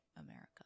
america